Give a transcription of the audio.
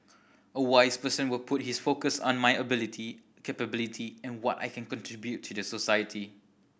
a wise person will put his focus on my ability capability and what I can contribute to the society